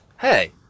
Hey